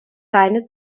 seine